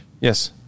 Yes